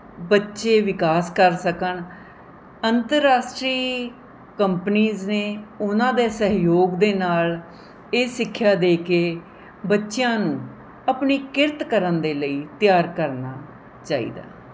ਬੱਚੇ ਵਿਕਾਸ ਕਰ ਸਕਣ ਅੰਤਰਰਾਸ਼ਟਰੀ ਕੰਪਨੀਜ ਨੇ ਉਹਨਾਂ ਦੇ ਸਹਿਯੋਗ ਦੇ ਨਾਲ ਇਹ ਸਿੱਖਿਆ ਦੇ ਕੇ ਬੱਚਿਆਂ ਨੂੰ ਆਪਣੀ ਕਿਰਤ ਕਰਨ ਦੇ ਲਈ ਤਿਆਰ ਕਰਨਾ ਚਾਹੀਦਾ